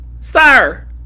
Sir